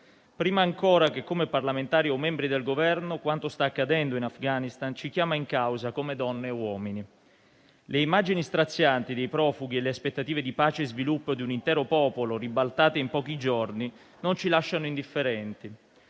Prima ancora che come parlamentari o membri del Governo, quanto sta accadendo in Afghanistan ci chiama in causa come donne e uomini. Le immagini strazianti dei profughi e le aspettative di pace e sviluppo di un intero popolo ribaltate in pochi giorni non ci lasciano indifferenti.